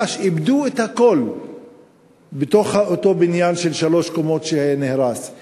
ממש איבדו את הכול בתוך אותו בניין של שלוש קומות שנהרס,